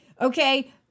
okay